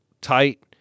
tight